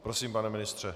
Prosím, pane ministře.